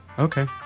okay